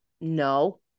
no